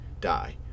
die